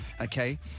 okay